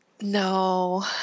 No